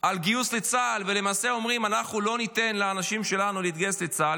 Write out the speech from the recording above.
על גיוס לצה"ל ולמעשה אומרים: אנחנו לא ניתן לאנשים שלנו להתגייס לצה"ל.